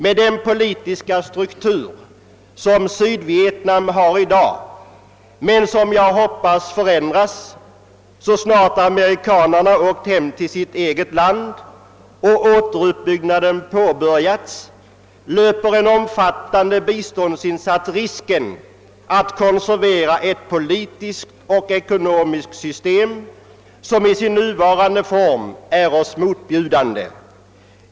Med den politiska struktur, som Sydvietnam har i dag men som jag hoppas kommer att förändras så snart amerikanerna åkt hem till sitt eget land och åter uppbyggnaden påbörjats, löper en omfattande biståndsinsats risken att konservera ett politiskt och ekonomiskt system, som i sin nuvarande form är oss motbjudande.